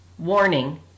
warning